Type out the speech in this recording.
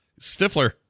stifler